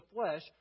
flesh